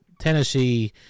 tennessee